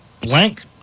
blank